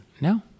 No